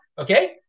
Okay